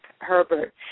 Herbert